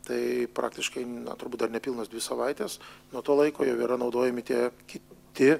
tai praktiškai turbūt dar nepilnos dvi savaitės nuo to laiko jau yra naudojami tie kiti